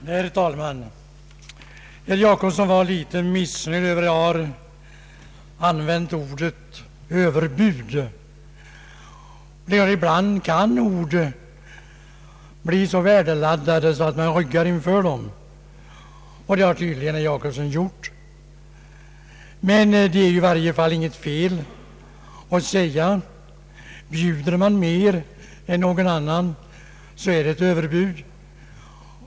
Herr talman! Herr Jacobsson var missnöjd över att jag använt ordet överbud. Ja, ibland kan ord bli så värdeladdade att man ryggar inför dem, och det har tydligen herr Jacobsson gjort. Om man bjuder mer än någon annan Anslag till Arbetsmedicinska institutet kan det i varje fall inte vara fel att kalla det för överbud.